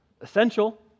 Essential